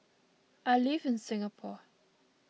I live in Singapore